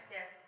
Yes